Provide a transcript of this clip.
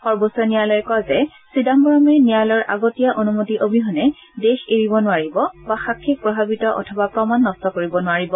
সৰ্বোচ্চ ন্যায়ালয়ে কয় যে চিদাম্বৰমে ন্যায়ালয়ৰ আগতীয়া অনুমতি অবিহনে দেশ এৰিব নোৱাৰিব বা সাক্ষীক প্ৰভাৱিত অথবা প্ৰমাণ নষ্ট কৰিব নোৱাৰিব